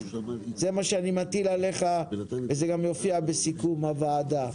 זה מה שאני מטיל עליך וזה גם יופיע בסיכום הוועדה.